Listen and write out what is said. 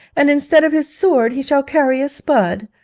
and instead of his sword he shall carry a spud.